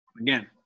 Again